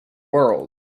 world